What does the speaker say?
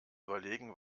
überlegen